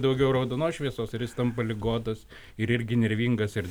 daugiau raudonos šviesos ir jis tampa ligotas ir irgi nervingas ir